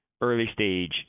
early-stage